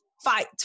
fight